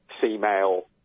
female